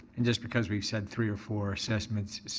and just because we've set three or four assessments,